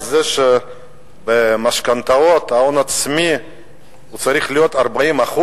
על כך שבמשכנתאות ההון העצמי צריך להיות 40%,